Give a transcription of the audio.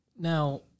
Now